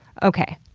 okay,